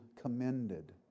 commended